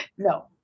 No